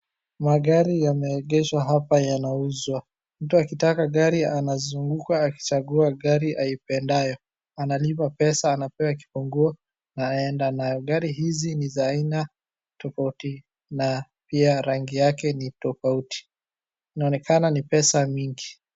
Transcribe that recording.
Magari yameengeshwa hapa yanauzwa mtu akitaka gari anazunguka akichagua gari aipendayo analipa pesa anapewa kifunguo anaenda nayo. Gari hizi ni za aina tofauti na pia rangi yake ni tofauti. Inaonekana ni pesa mingi.